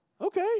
okay